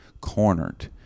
cornered